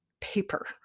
paper